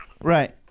right